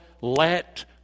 let